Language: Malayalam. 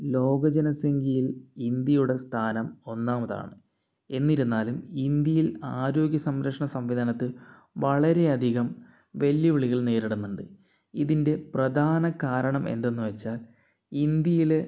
ലോക ജനസംഖ്യയിൽ ഇന്ത്യയുടെ സ്ഥാനം ഒന്നാമതാണ് എന്നിരുന്നാലും ഇന്ത്യയിൽ ആരോഗ്യ സംരക്ഷണ സംവിധാനത്ത് വളരെ അധികം വെല്ലുവിളികൾ നേരിടുന്നുണ്ട് ഇതിൻ്റെ പ്രധാന കാരണം എന്തെന്നു വെച്ചാൽ ഇന്ത്യയിലെ